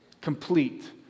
complete